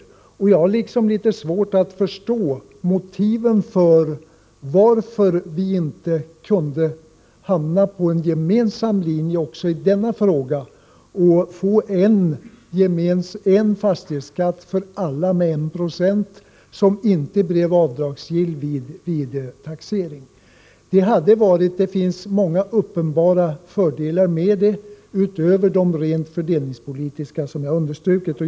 Jag har svårt att förstå varför vi inte kunde hamna på en gemensam linje också i denna fråga, så att vi fått en fastighetsskatt på 196 som omfattade alla och som inte var avdragsgill vid taxeringen. Det finns många uppenbara fördelar med ett sådant system, utöver de rent fördelningspolitiska, som jag understrukit.